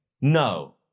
No